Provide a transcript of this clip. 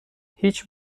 هیچ